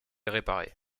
réparés